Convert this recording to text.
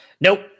Nope